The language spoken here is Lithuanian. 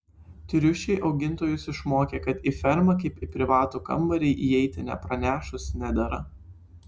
triušiai augintojus išmokė kad į fermą kaip į privatų kambarį įeiti nepranešus nedera